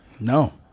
No